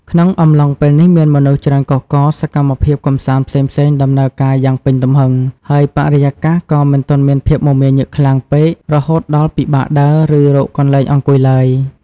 ក្នុងអំឡុងពេលនេះ មានមនុស្សច្រើនកុះករ សកម្មភាពកម្សាន្តផ្សេងៗដំណើរការយ៉ាងពេញទំហឹង ហើយបរិយាកាសក៏មិនទាន់មានភាពមមាញឹកខ្លាំងពេក រហូតដល់ពិបាកដើរ ឬរកកន្លែងអង្គុយឡើយ។